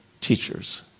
teachers